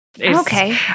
Okay